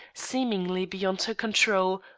seemingly beyond her control,